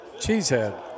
Cheesehead